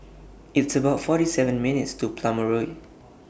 It's about forty seven minutes' Walk to Plumer Road